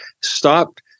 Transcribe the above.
stopped